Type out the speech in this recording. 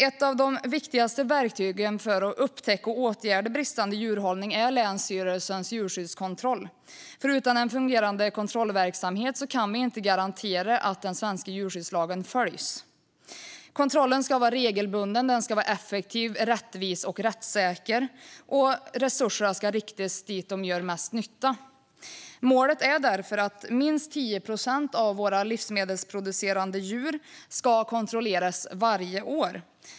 Ett av de viktigaste verktygen för att upptäcka och åtgärda bristande djurhållning är länsstyrelsens djurskyddskontroll. Utan en fungerande kontrollverksamhet kan vi inte garantera att den svenska djurskyddslagen följs. Kontrollen ska vara regelbunden, effektiv, rättvis och rättssäker, och resurserna ska riktas dit de gör mest nytta. Målet är därför att minst 10 procent av våra livsmedelsproducerande djur ska kontrolleras varje år.